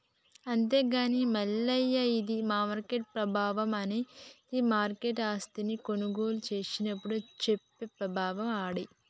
అంతేగాని మల్లయ్య ఇది మార్కెట్ ప్రభావం అనేది మార్కెట్ ఆస్తిని కొనుగోలు చేసినప్పుడు చూపే ప్రభావం అండి